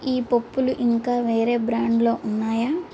ఈ పప్పులు ఇంకా వేరే బ్రాండ్లో ఉన్నాయా